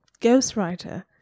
Ghostwriter